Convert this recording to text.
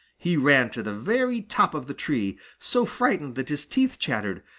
he ran to the very top of the tree, so frightened that his teeth chattered,